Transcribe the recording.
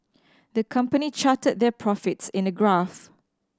the company charted their profits in a graph